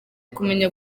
kumenya